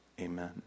Amen